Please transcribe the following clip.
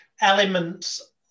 elements